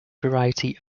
variety